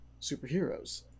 superheroes